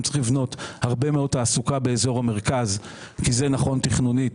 אם צריך לבנות הרבה מאוד תעסוקה באזור המרכז כי זה נכון תכנונית,